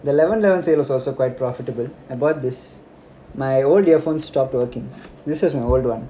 the eleven eleven sale is also quite profitable I bought this my old earphone stopped working this is my old one